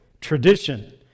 tradition